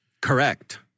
Correct